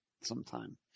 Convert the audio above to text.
sometime